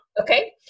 Okay